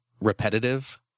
repetitive